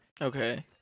Okay